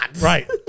right